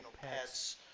pets